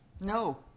no